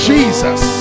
Jesus